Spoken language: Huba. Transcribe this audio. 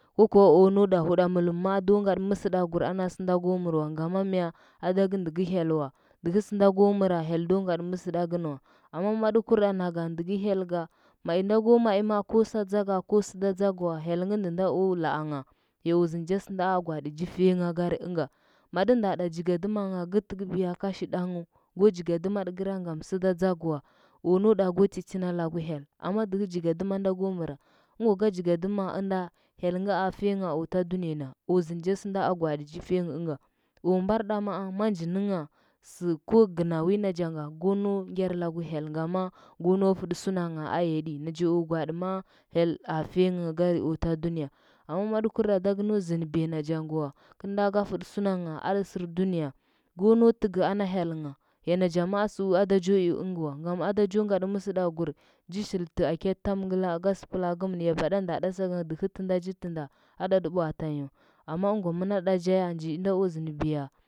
Oko, o nau ɗa huɗamɚlɚm ma do ngatɚ mɚgɚɗagkur ana sɚnda go mɚr wa, ngama mya adagɚ ndɚgɚ hyel wa nɚhɚ sɚnda go mɚra hyel do ngaɗɚ mɚsɚɗagɚ nɚ wa amma matɚ gurɗa naga ndɚgɚ hyel ga, mai nda go mai ma ko sɚ dzaga ko sɚdo dzagɚ wa hyelngɚ ndɚ nda o laangha ya zɚnɚcha sɚna gwaaɗi cha fuganghɚ ɚnga maɗɚ na ɗa jigadɚmangha ka tɚkɚbiyangi kashi ɗɚnghɚu, ko jigadɚma tɚkra ngam sɚɗa tsagɚ wa o nauɗa ko tetina lakel hyel amma dɚ hɚ jigadɚma nda ko mɚra ɚngwa ka jigodɚma ɚna hyelnga a fuyangha o ta duniya na o zɚndɚcho sɚnda gwaaɗi chi fiyanghɚ ɚnga o mbarɗa maa manji nɚngha sɚ ko gɚno wi nachanga ko nau ngyar laku hyel ngama ko nale fɚɗɚ sunangha a yeɗi, nacho gwaɗi maa hyela fiyangh gari a ta duniya amma matɚ wurɗa naga mbar zɚndɚbya nachanga wa, kjina ka fɚtɚ sumangha aɗɚ sɚr duniya go nau tɚga ɚna hyelngha ya nacha dzu aɗa cho i ɚngɚ wa ngam aɗa cho ngaɗi mɚsɚɗagkur ji shilta ɚdɚ tamingla aka sɚplaa ȝɚmɚn ya ngaɗɚ nda ɗa baganga dɚhɚ tɚnda cha tɚnda adatɚ bwaaɗanyi ya amma ɚngwa mɚn ɗa jaya njiinda o zɚndɚbiya.